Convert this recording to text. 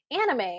anime